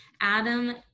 Adam